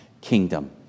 kingdom